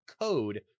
code